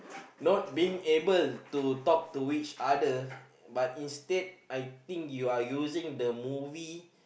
not being able to talk to each other but instead I think you are using the movie